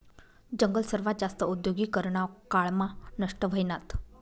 जंगल सर्वात जास्त औद्योगीकरना काळ मा नष्ट व्हयनात